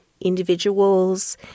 individuals